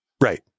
Right